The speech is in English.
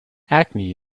acne